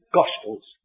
gospels